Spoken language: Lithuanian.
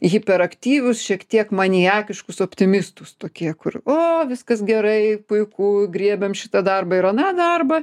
hiperaktyvius šiek tiek maniakiškus optimistus tokie kur o viskas gerai puiku griebiam šitą darbą ir aną darbą